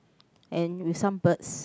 and with some birds